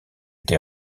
été